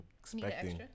expecting